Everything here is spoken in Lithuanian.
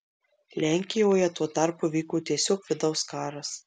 lenkijoje tuo tarpu vyko tiesiog vidaus karas